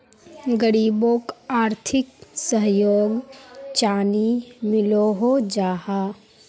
गरीबोक आर्थिक सहयोग चानी मिलोहो जाहा?